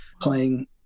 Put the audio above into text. playing